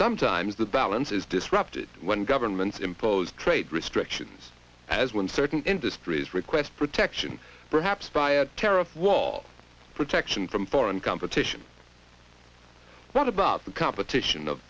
sometimes the balance is disrupted when governments impose trade restrictions as when certain industries request protection perhaps tired tariff wall protection from foreign competition what about the competition of